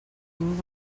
king